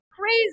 Crazy